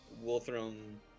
Wolfram